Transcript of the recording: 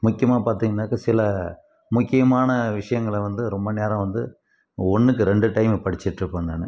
முக்கியமாக பார்த்திங்கன்னாக்கா சில முக்கியமான விஷயங்கள வந்து ரொம்ப நேரம் வந்து ஒன்றுக்கு ரெண்டு டைம்மு படிச்சிகிட்டுருப்பேன் நான்